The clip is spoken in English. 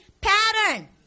pattern